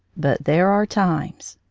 but there are times